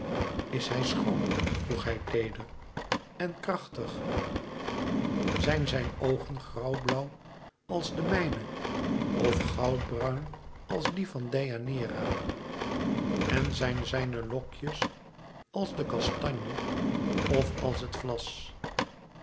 is hij schoon vroeg hij teeder en krachtig zijn zijn oogen grauwblauw als de mijne of goudbruin als die van deianeira en zijn zijne lokjes als de kastanje of als het vlas